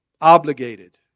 obligated